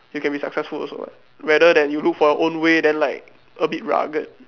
you can be successful also [what] rather than you look for your own way then like a bit rugged